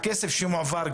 הכסף שמועבר,